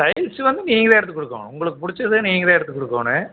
tiles வந்து நீங்களே எடுத்து கொடுக்கணும் உங்களுக்கு பிடிச்சத நீங்களே எடுத்து குடுக்கணும்